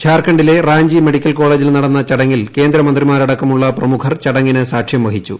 ത്ധാർ ഖണ്ഡിലെ റാഞ്ചി മെഡിക്കൽ കോളജിൽ നടന്ന ചടങ്ങിൽ കേന്ദ്രമന്ത്രിമാരടക്കമുള്ള പ്രമുഖർ ചടങ്ങിന് സാക്ഷ്യം വഹിച്ചു